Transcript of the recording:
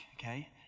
okay